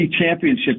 Championship